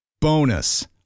Bonus